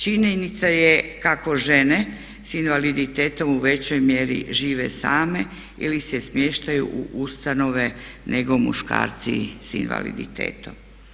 Činjenica je kako žene s invaliditetom u većoj mjeri žive same ili se smještaju u ustanove nego muškarci s invaliditetom.